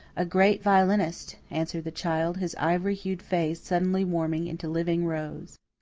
a great violinist, answered the child, his ivory-hued face suddenly warming into living rose.